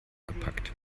gepackt